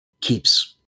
Keeps